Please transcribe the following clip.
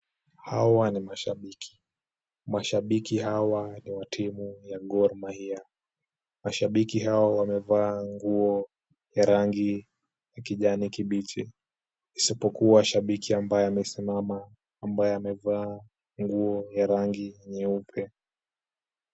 Hawa ni mashabiki. Mashabiki hawa ni wa timu ya Gor Mahia. Mashabiki hawa wamevaa nguo ya rangi ya kijani kibichi, isipokuwa shabiki ambaye amesimama, ambaye amevaa nguo ya rangi nyeupe.